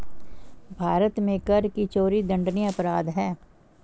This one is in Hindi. भारत में कर की चोरी दंडनीय अपराध है